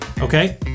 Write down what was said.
okay